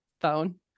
phone